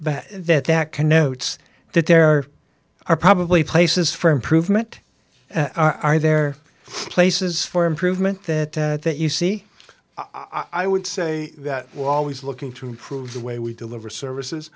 that that that connotes that there are probably places for improvement are there places for improvement that that you see i would say that we're always looking to improve the way we deliver services